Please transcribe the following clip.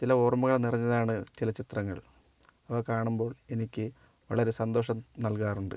ചില ഓർമ്മകൾ നിറഞ്ഞതാണ് ചില ചിത്രങ്ങൾ അവ കാണുമ്പോൾ എനിക്ക് വളരെ സന്തോഷം നൽകാറുണ്ട്